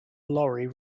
lorry